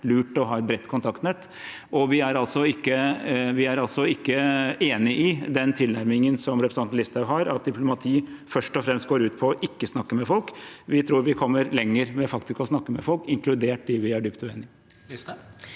lurt å ha et bredt kontaktnett. Vi er altså ikke enig i den tilnærmingen som representanten Listhaug har, at diplomati først og fremst går ut på ikke å snakke med folk. Vi tror vi kommer lenger ved faktisk å snakke med folk, inkludert dem vi er dypt uenige